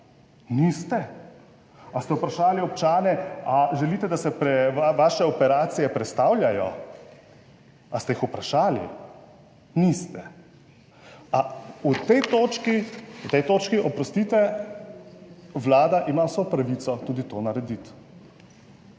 Niste. Ali ste vprašali občane, želite, da se vaše operacije prestavljajo? Ali ste jih vprašali? Niste. V tej točki, na tej točki, oprostite, Vlada ima vso pravico tudi to narediti.